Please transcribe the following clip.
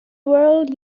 world